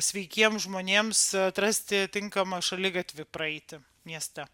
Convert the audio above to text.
sveikiem žmonėms atrasti tinkamą šaligatvį praeiti mieste